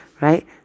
right